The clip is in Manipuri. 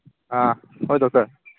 ꯑꯥ ꯍꯣꯏ ꯗꯣꯛꯇꯔ